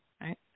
right